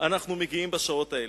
אנחנו מגיעים בשעות האלה?